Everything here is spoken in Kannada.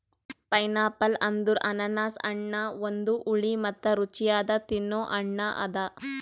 ಪೈನ್ಯಾಪಲ್ ಅಂದುರ್ ಅನಾನಸ್ ಹಣ್ಣ ಒಂದು ಹುಳಿ ಮತ್ತ ರುಚಿಯಾದ ತಿನ್ನೊ ಹಣ್ಣ ಅದಾ